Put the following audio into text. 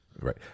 Right